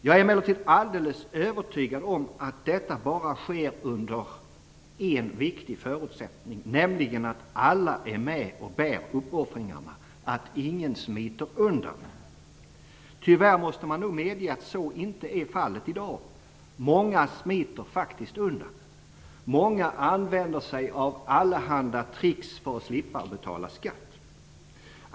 Jag är emellertid alldeles övertygad om att detta bara sker under en viktig förutsättning, nämligen att alla är med och bär uppoffringarna - att ingen smiter undan. Tyvärr måste man nog medge att så inte är fallet i dag. Många smiter faktiskt undan. Många använder sig av allehanda tricks för att slippa betala skatt.